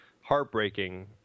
heartbreaking